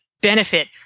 benefit